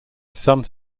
some